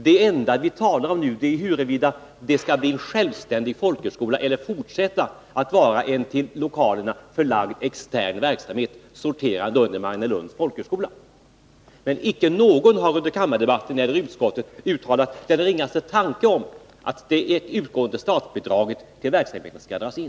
Det enda vi talar om nu är huruvida det skall bli en självständig folkhögskola eller fortsätta att vara en till lokalerna förlagd extern verksamhet, sorterande under Mariannelunds folkhögskola. Icke någon har under kammardebatten eller i utskottet uttalat den ringaste tanke om att det utgående statsbidraget till verksamheten skall dras in.